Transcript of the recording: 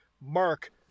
Mark